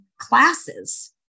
classes